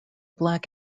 black